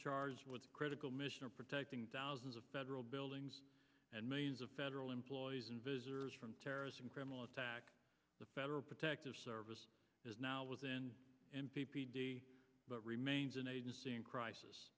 charged with critical mission of protecting thousands of federal buildings and millions of federal employees and visitors from terrorist and criminal attack the federal protective service is now within n p p d but remains an agency in crisis